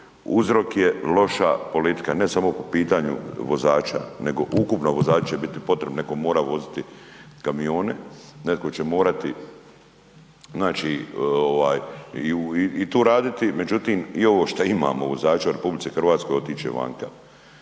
Uzrok je loša politika, ne samo po pitanju vozača nego ukupno vozači će biti potrebni, neko mora voziti kamione, netko će morati i tu raditi, međutim i ovo što imamo vozača u RH otići će vanka.